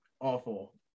awful